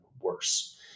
worse